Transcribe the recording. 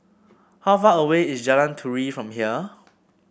how far away is Jalan Turi from here